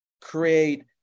create